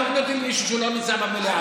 אל תפנה אותי למישהו שלא נמצא במליאה.